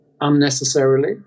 unnecessarily